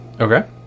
Okay